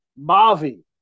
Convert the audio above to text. Mavi